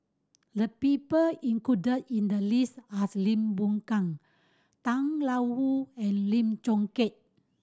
the people included in the list are Lim Boon Keng Tang Wu and Lim Chong Keat